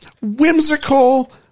whimsical